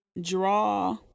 draw